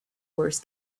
wars